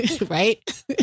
right